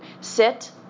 sit